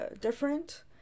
different